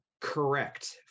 correct